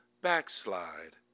backslide